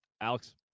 Alex